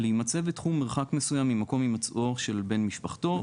להימצא בתחום מרחק מסוים ממקום הימצאו של בן משפחתו,